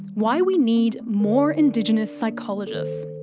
why we need more indigenous psychologists.